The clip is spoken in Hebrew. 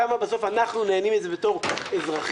כמה בסוף אנחנו נהנים מזה בתור אזרחים,